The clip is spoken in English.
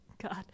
God